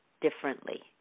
differently